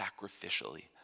sacrificially